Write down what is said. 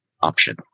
option